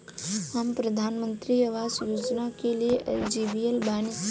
हम प्रधानमंत्री आवास योजना के लिए एलिजिबल बनी?